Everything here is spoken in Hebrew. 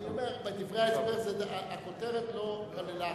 אני אומר: בדברי ההסבר הכותרת לא כללה,